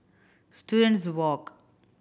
Students Walk